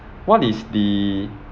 what is the